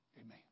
Amen